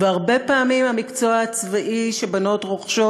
והרבה פעמים המקצוע הצבאי שבנות רוכשות